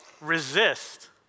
resist